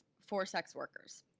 for sex workers.